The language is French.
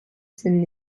scènes